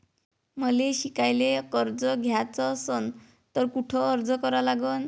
मले शिकायले कर्ज घ्याच असन तर कुठ अर्ज करा लागन?